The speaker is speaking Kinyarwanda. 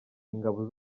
ingabo